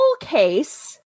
case